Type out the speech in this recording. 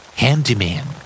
handyman